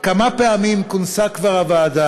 1. כמה פעמים כבר כונסה הוועדה?